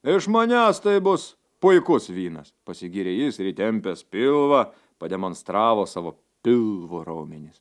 iš manęs tai bus puikus vynas pasigyrė jis ir įtempęs pilvą pademonstravo savo pilvo raumenis